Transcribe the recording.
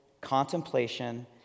contemplation